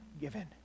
given